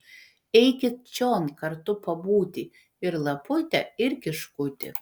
eikit čion kartu pabūti ir lapute ir kiškuti